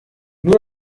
nur